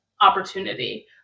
opportunity